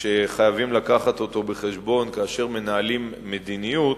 שחייבים להביא אותו בחשבון כאשר מנהלים מדיניות,